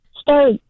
start